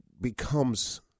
becomes